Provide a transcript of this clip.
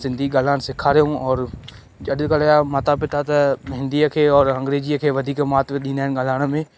सिंधी ॻाल्हाइण सेखारियो और अॼुकल्ह जा माता पिता त हिंदीअ खे और अंग्रेजीअ खे वधीक महत्व ॾींदा आहिनि ॻाल्हाइण में